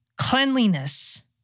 cleanliness